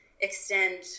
extend